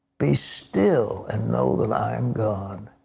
be still and know that i am god.